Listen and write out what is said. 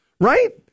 Right